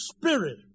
spirit